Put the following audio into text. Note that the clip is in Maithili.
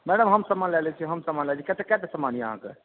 मैडम हम समान लए लै छी हम समान लए लै छी कएटा कएटा समान यऽ अहाँकेॅं